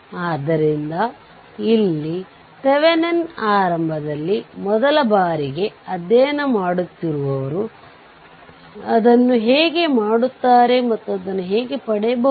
ಹಾಗೆ ಮಾಡಿದಾಗ i0 1 6 ampere ampere ಅನ್ನು ಪಡೆಯುತ್ತೀರಿ